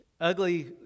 Ugly